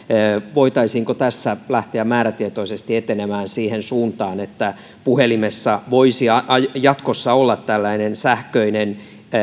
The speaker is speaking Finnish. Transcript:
voitaisiinko tässä lähteä määrätietoisesti etenemään siihen suuntaan että puhelimessa voisi jatkossa olla tällainen sähköinen